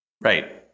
right